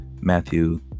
Matthew